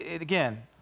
again